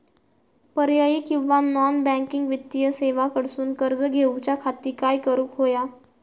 पर्यायी किंवा non banking वित्तीय सेवा कडसून कर्ज घेऊच्या खाती काय करुक होया?